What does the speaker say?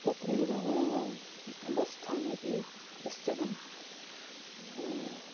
तत्रैव मम बस् स्थानके कश्चन